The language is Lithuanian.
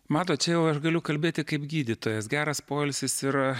matot jau aš galiu kalbėti kaip gydytojas geras poilsis yra